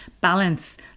balance